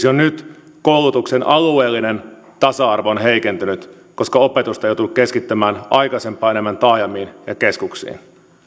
jo nyt koulutuksen alueellinen tasa arvo on heikentynyt koska opetusta on jouduttu keskittämään aikaisempaa enemmän taajamiin ja keskuksiin